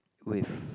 with